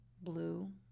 blue